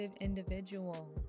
individual